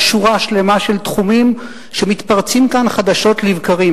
שורה שלמה של תחומים שמתפרצים כאן חדשות לבקרים.